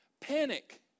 Panic